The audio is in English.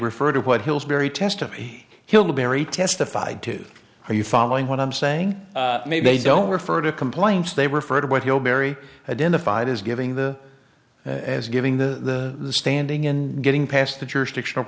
refer to what hill's very testimony hill barry testified to are you following what i'm saying maybe they don't refer to complaints they refer to what you know barry identified as giving the as giving the standing in getting past the jurisdiction